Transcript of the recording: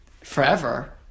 forever